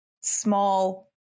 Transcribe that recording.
small